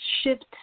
shift